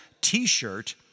t-shirt